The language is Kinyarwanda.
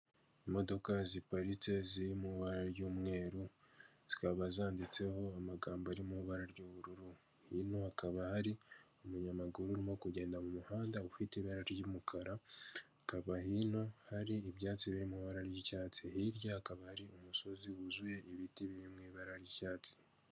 Imodoka ziparitse ziri mu ibara ry'umweru zikaba zanditseho amagambo ari mu ibara ry'ubururu, hino hakaba hari umunyamaguru urimo kugenda mu muhanda ufite ibara ry'umukara, hakaba hino hari ibyatsi biri mu ibara ry'icyatsi, hirya hakaba hari umusozi wuzuye ibiti biri mu ibara ry'icyatsi.